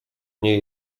nie